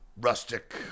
rustic